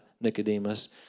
Nicodemus